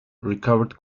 recovered